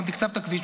תקצבת כביש?